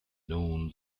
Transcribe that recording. noon